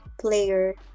player